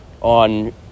on